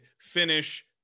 finish